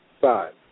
Five